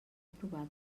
aprovada